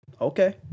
okay